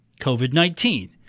COVID-19